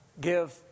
give